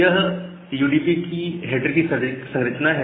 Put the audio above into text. यह UDP header की संरचना है